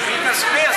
היא תסביר.